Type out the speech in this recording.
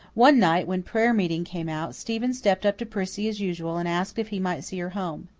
one night, when prayer meeting came out, stephen stepped up to prissy as usual and asked if he might see her home.